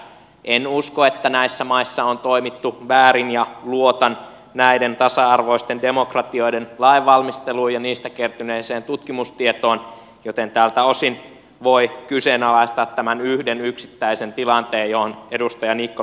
en usko että näissä maissa on toimittu väärin ja luotan näiden tasa arvoisten demokratioiden lainvalmisteluun ja niistä kertyneeseen tutkimustietoon joten tältä osin voi kyseenalaistaa tämän yhden yksittäisen tilanteen johon edustaja niikko viittasi